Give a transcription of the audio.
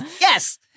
Yes